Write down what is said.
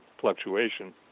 fluctuation